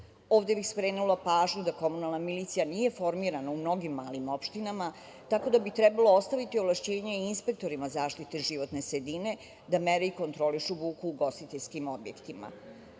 bih skrenula pažnju da komunalna milicija nije formirana u mnogim malim opštinama, tako da bi trebalo ostaviti ovlašćenje inspektorima zaštite životne sredine da mere i kontrolišu buku u ugostiteljskim objektima. Takođe,